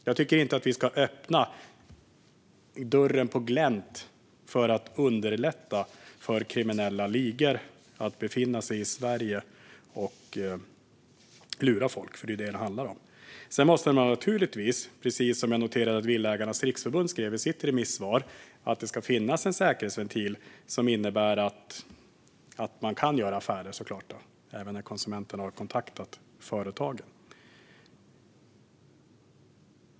Jag tycker inte att vi ska öppna dörren på glänt för att underlätta för kriminella ligor att befinna sig i Sverige och lura folk, för det är vad det handlar om. Precis som jag noterar att Villaägarnas Riksförbund skriver i sitt remissvar tycker jag naturligtvis att det ska finnas en säkerhetsventil som innebär att man kan göra affärer även när konsumenten har kontaktat företagen.